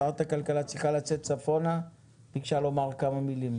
שרת הכלכלה צריכה לצאת צפונה וביקשה לומר כמה מילים.